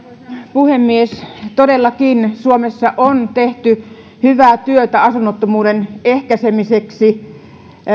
puhemies todellakin suomessa on tehty hyvää työtä asunnottomuuden ehkäisemiseksi